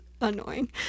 annoying